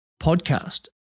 podcast